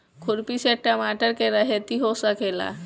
खुरपी से टमाटर के रहेती हो सकेला?